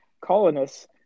colonists